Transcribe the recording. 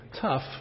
tough